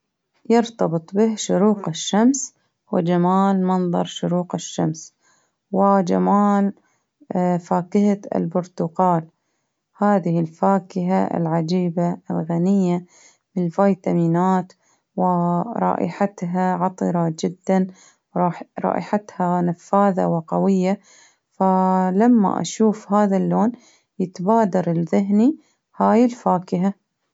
يرتبط به شروق الشمس وجمال منظر شروق الشمس، وجمال اه فاكهة البرتقال، هذه الفاكهة العجيبة الغنية بالفيتامينات ورائحتها عطرة جدا، راح-رائحتها وقوية فلما أشوف هذا اللون يتبادر لذهني هاي الفاكهة.